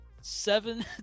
seven